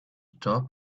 top